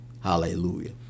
hallelujah